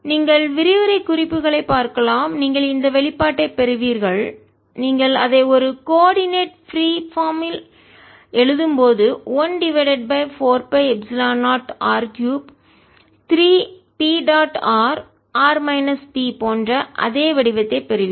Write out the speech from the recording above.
நீங்கள் விரிவுரை குறிப்புகளை பார்க்கலாம் நீங்கள் இந்த வெளிப்பாட்டைப் பெறுவீர்கள் நீங்கள் அதை ஒரு கோஆர்டினேட் பிரீ பார்ம் வடிவத்தில் எழுதும்போது 1 divided by 4 by epsilon 0r 3 3P dot rr minus P போன்ற அதே வடிவத்தைப் பெறுவீர்கள்